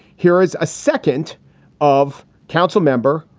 here is a second of council member,